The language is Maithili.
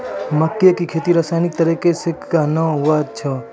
मक्के की खेती रसायनिक तरीका से कहना हुआ छ?